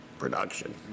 production